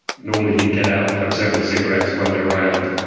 normally he'd get out, have several cigarettes, wander around.